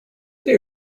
they